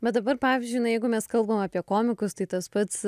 bet dabar pavyzdžiui na jeigu mes kalbam apie komikus tai tas pats